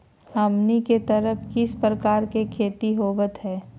हमनी के तरफ किस किस प्रकार के खेती होवत है?